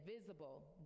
visible